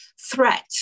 threat